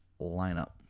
lineup